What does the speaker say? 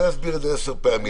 לא אסביר את זה עשר פעמים.